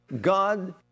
God